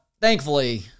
thankfully